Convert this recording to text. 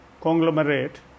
conglomerate